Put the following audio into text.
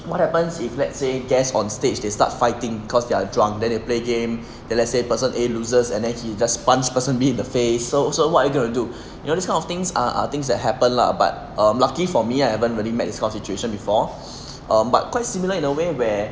what happens if let's say guests on stage they start fighting cause they are drunk then they play game then let's say person A loses and then he just punch person B in the face so so what are you gonna do you know this kind of things err are things that happen lah but um lucky for me I haven't really met this kind of situation before but um quite similar in a way where